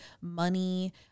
money